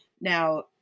Now